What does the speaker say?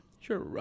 Sure